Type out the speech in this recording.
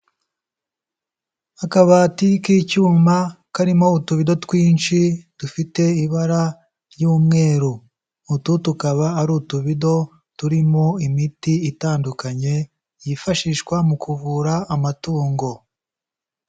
Akabati k'icyuma karimo utubido twinshi dufite ibara ry'umweru, utu tukaba ari utubido turimo imiti itandukanye yifashishwa mu kuvura amatungo.